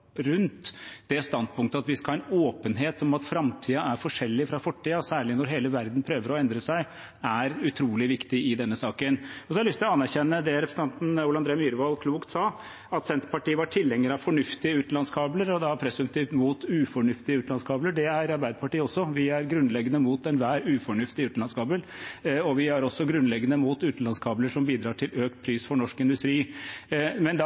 rundt det standpunktet at vi skal ha en åpenhet om at framtiden er forskjellig fra fortiden, særlig når hele verden prøver å endre seg, er utrolig viktig i denne saken. Jeg har lyst til å anerkjenne det representanten Ole André Myhrvold klokt sa, at Senterpartiet var tilhenger av fornuftige utenlandskabler, og da presumptivt imot ufornuftige utenlandskabler. Det er Arbeiderpartiet også. Vi er grunnleggende imot enhver ufornuftig utenlandskabel, og vi er også grunnleggende imot utenlandskabler som bidrar til økt pris for norsk industri. Men da